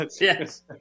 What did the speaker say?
yes